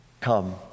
Come